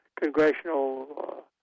congressional